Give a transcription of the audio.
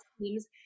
teams